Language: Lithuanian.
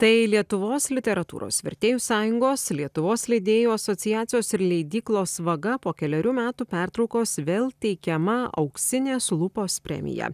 tai lietuvos literatūros vertėjų sąjungos lietuvos leidėjų asociacijos ir leidyklos vaga po kelerių metų pertraukos vėl teikiama auksinės lupos premija